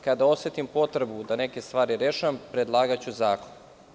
Kada osetim potrebu da neke stvari rešavam, predlagaću zakon.